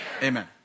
Amen